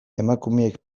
emakumeak